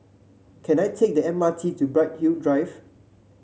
can I take the M R T to Bright Hill Drive